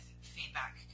feedback